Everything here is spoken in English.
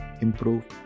improve